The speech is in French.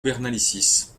bernalicis